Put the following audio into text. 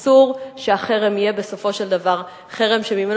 אסור שהחרם יהיה בסופו של דבר חרם שממנו